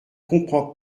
comprends